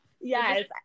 Yes